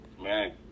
Man